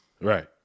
Right